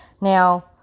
Now